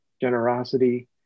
generosity